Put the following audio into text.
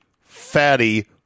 fatty